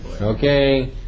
Okay